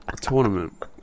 Tournament